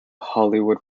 hollywood